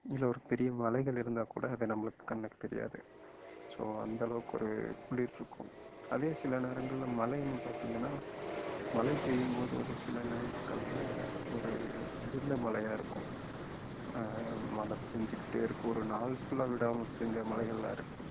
இல்லை ஒரு பெரிய மலைகள் இருந்தால் கூட அதை நம்மளுக்கு கண்ணுக்கு தெரியாது ஸோ அந்த அளவுக்கு ஒரு குளிர் இருக்கும் அதே சில நேரங்களில் மழைன்னு பார்த்தீங்கன்னா மழை பெய்யும்போது ஒரு சில நாட்களில் ஒரு இந்த மழையா இருக்கும் மழை பெஞ்சுக்கிட்டே இருக்கும் ஒரு நாள் ஃபுல்லாக விடாமல் பெஞ்ச மழைகள்லாம் இருக்குது